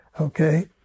Okay